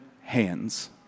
hands